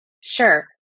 sure